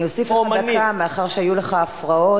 אני אוסיף לך עוד דקה מאחר שהיו לך הפרעות.